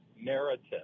narrative